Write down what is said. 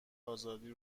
آزادی